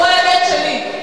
זו האמת שלי.